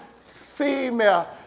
female